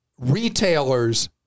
retailers